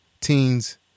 teens